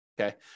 Okay